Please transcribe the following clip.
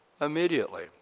immediately